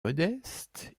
modeste